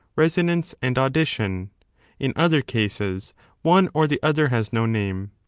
resonance and audition in other cases one or the other has no name.